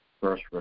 first